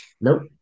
Nope